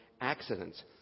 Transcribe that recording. accidents